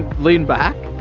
lean back,